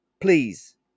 please